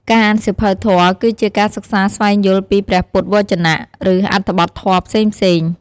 ការអានសៀវភៅធម៌ គឺជាការសិក្សាស្វែងយល់ពីព្រះពុទ្ធវចនៈ ឬអត្ថបទធម៌ផ្សេងៗ។